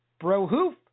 Bro-hoof